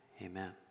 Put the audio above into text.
amen